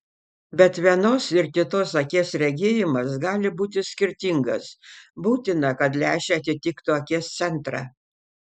bet vienos ir kitos akies regėjimas gali būti skirtingas būtina kad lęšiai atitiktų akies centrą